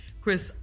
Chris